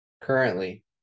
Currently